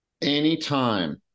Anytime